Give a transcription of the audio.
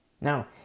Now